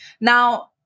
Now